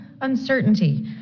uncertainty